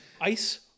Ice